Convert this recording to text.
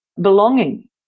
belonging